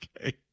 Okay